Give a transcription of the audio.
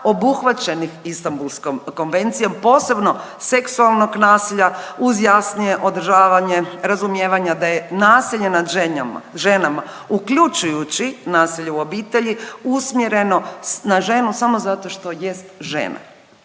obuhvaćenih Istanbulskom konvencijom. Posebno seksualnog nasilja uz jasnije održavanje razumijevanja da je nasilje nad ženama uključujući nasilje u obitelji usmjereno na ženu samo zato što jest žena.